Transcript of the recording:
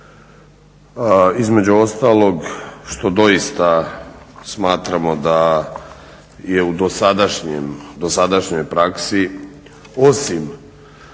između ostalog što doista smatramo da je u dosadašnjoj praksi osim